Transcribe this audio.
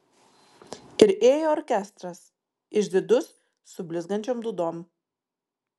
ir ėjo orkestras išdidus su blizgančiom dūdom